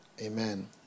Amen